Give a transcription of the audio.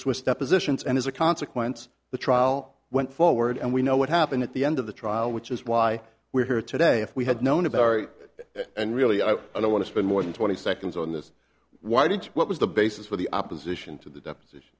swiss depositions and as a consequence the trial went forward and we know what happened at the end of the trial which is why we're here today if we had known about it and really i don't want to spend more than twenty seconds on this why did you what was the basis for the opposition to the deposition